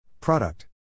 Product